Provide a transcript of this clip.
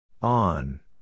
On